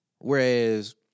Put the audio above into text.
Whereas